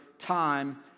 time